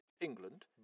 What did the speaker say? England